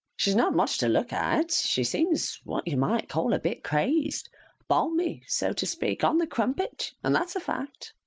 she's not much to look at. she seems what you might call a bit crazed balmy, so to speak, on the crumpet, and that's a fact.